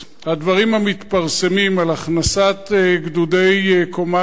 הדברים המתפרסמים על הכנסת גדודי קומנדו,